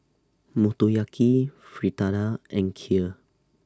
Motoyaki Fritada and Kheer